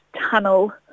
tunnel